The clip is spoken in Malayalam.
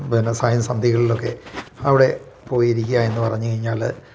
പിന്നെ സയാം സന്ധ്യകളിൽ ഒക്കെ അവിടെ പോയിരിക്കുക എന്ന് പറഞ്ഞ് കഴിഞ്ഞാൽ